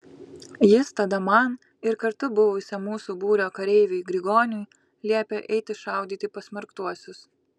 jis tada man ir kartu buvusiam mūsų būrio kareiviui grigoniui liepė eiti šaudyti pasmerktuosius